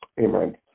Amen